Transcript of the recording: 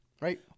Right